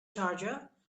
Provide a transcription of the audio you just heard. charger